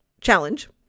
challenge